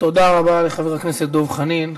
תודה רבה לחבר הכנסת דב חנין.